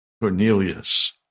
Cornelius